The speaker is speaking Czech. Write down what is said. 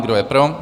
Kdo je pro?